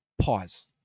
Pause